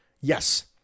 Yes